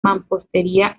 mampostería